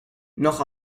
noch